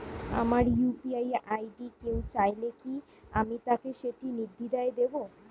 আমার UPI ID কেউ চাইলে কি আমি তাকে সেটি নির্দ্বিধায় দেব?